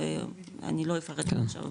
אני לא אפרט את המחלות עכשיו,